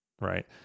right